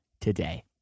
today